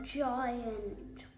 giant